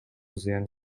зыян